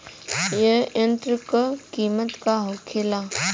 ए यंत्र का कीमत का होखेला?